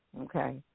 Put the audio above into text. okay